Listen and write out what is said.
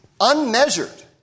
unmeasured